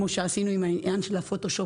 כמו שעשינו עם הפוטושופ,